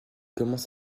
commence